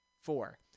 Four